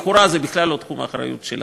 לכאורה זה בכלל לא תחום האחריות שלנו,